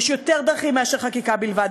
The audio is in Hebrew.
יש יותר דרכים מאשר חקיקה בלבד,